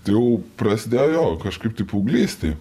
tai jau prasidėjo kažkaip tai paauglystėj